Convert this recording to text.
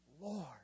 Lord